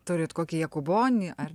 turit kokį jakubonį ar